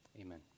Amen